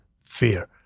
fear